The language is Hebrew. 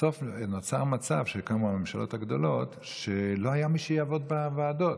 בסוף נוצר מצב כשקמו הממשלות הגדולות שלא היה מי שיעבוד בוועדות.